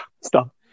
stop